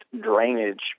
drainage